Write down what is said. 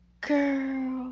Girl